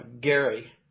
Gary